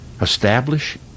Establish